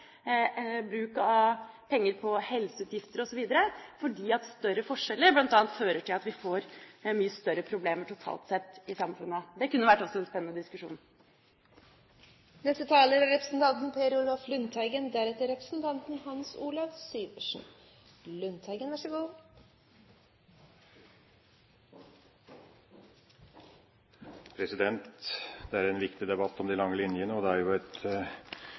bruk av penger til helseutgifter osv., fordi større forskjeller vil føre til at vi bl.a. får mye større problemer totalt sett i samfunnet. Det kunne også ha vært en spennende diskusjon. Dette er en viktig debatt om de lange linjene. Det er jo et